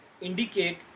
Indicate